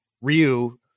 Ryu